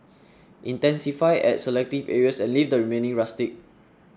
intensify at selective areas and leave the remaining rustic